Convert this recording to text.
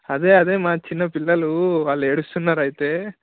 అదే అదే మా చిన్నపిల్లలు వాళ్ళు ఏడుస్తున్నారు అయితే